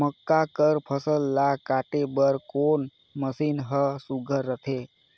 मक्का कर फसल ला काटे बर कोन मशीन ह सुघ्घर रथे?